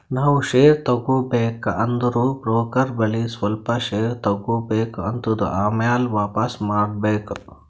ನಾವ್ ಶೇರ್ ತಗೋಬೇಕ ಅಂದುರ್ ಬ್ರೋಕರ್ ಬಲ್ಲಿ ಸ್ವಲ್ಪ ಶೇರ್ ತಗೋಬೇಕ್ ಆತ್ತುದ್ ಆಮ್ಯಾಲ ವಾಪಿಸ್ ಮಾಡ್ಬೇಕ್